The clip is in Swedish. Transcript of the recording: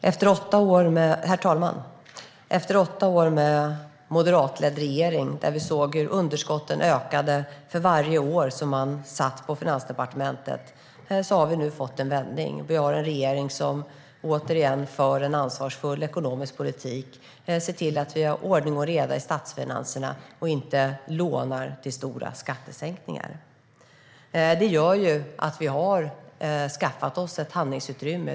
Herr talman! Efter åtta år med en moderatledd regering, då vi såg hur underskotten ökade för varje år som man satt på Finansdepartementet, har vi nu fått en vändning. Vi har en regering som återigen för en ansvarsfull ekonomisk politik och ser till att vi har ordning och reda i statsfinanserna och inte lånar till stora skattesänkningar. Det gör att vi har skaffat oss ett handlingsutrymme.